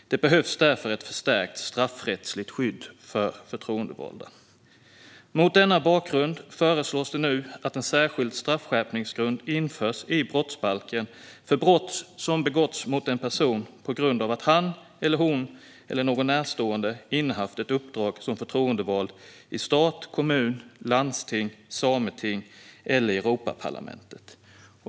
Det behövs därför ett förstärkt straffrättsligt skydd för förtroendevalda. Mot denna bakgrund föreslås det nu att en särskild straffskärpningsgrund införs i brottsbalken för brott som har begåtts mot en person på grund av att han, hon eller någon närstående innehaft ett uppdrag som förtroendevald i stat, kommun, landsting, Sametinget eller Europaparlamentet.